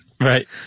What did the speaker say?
Right